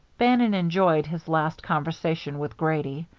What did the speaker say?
bannon enjoyed his last conversation with grady,